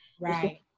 Right